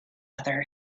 other